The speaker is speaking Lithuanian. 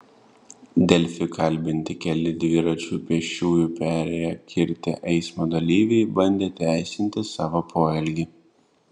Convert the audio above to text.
delfi kalbinti keli dviračiu pėsčiųjų perėją kirtę eismo dalyviai bandė teisinti savo poelgį